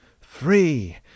free